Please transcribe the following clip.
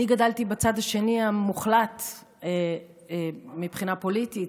אני גדלתי בצד השני המוחלט מבחינה פוליטית,